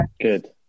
good